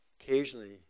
Occasionally